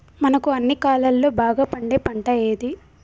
మనకు అన్ని కాలాల్లో బాగా పండే పంట ఏది?